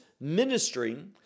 ministering